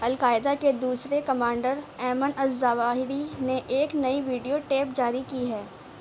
القاعدہ کے دوسرے commander Ayman al Zawahiri نے ایک نئی ویڈیو ٹیپ جاری کی ہے